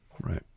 Right